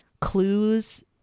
clues